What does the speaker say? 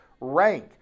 rank